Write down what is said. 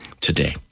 today